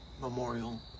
Memorial